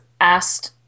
asked